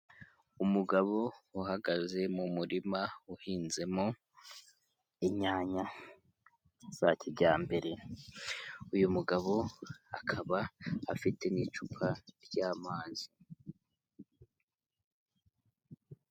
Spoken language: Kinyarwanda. Umugabo uhagaze mu murima uhinzemo inyanya za kijyambere, uyu mugabo akaba afite n'icupa ryamazi.